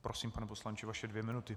Prosím, pane poslanče, vaše dvě minuty.